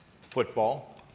Football